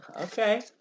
okay